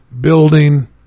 building